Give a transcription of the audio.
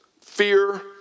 fear